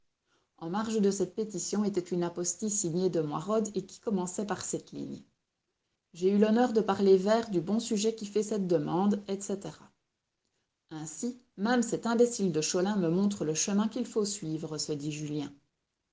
en marge de cette pétition était une apostille signée de moirod et qui commençait par cette ligne j'ai eu l'honneur de parler yert du bon sujet qui fait cette demande etc ainsi même cet imbécile de cholin me montre le chemin qu'il faut suivre se dit julien